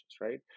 right